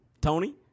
tony